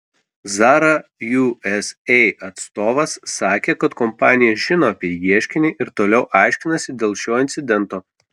zara usa atstovas sakė kad kompanija žino apie ieškinį ir toliau aiškinasi dėl šio incidento